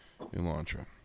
Elantra